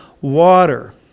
water